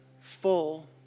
full